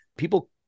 people